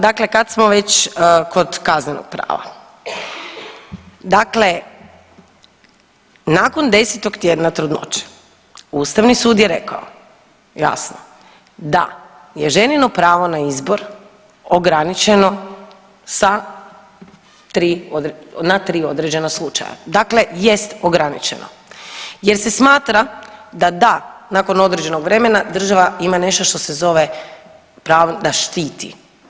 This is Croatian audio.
Dakle kad smo već kod kaznenog prava, dakle nakon 10. tjedna trudnoće Ustavni sud je rekao jasno da je ženino pravo na izbor ograničeno sa 3, na 3 određena slučaja, dakle jest ograničeno jer se smatra da, da, nakon određenog vremena država ima nešto što se zove pravo da štiti.